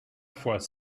fois